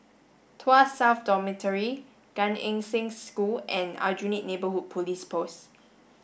Tuas South Dormitory Gan Eng Seng School and Aljunied Neighbourhood Police Post